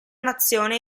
nazione